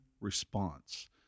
response